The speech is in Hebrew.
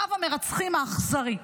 רב המרצחים האכזרי.